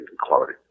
quality